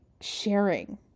sharing